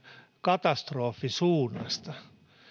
katastrofisuunnasta